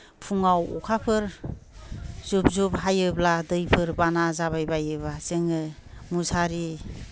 फुङाव अखाफोर जुब जुब हायोब्ला दैफोर बाना जाबाय बायोबा जोङो मुसारि